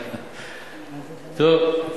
טוב.